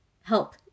help